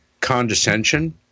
condescension